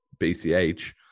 bch